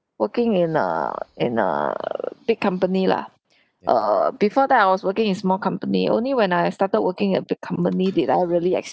working in a in a big company lah err before that I was working in small company only when I started working at the company did I really